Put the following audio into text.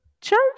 church